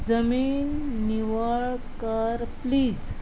जमीन निवळ कर प्लीज